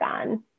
on